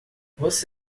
você